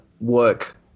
work